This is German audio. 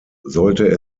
sollte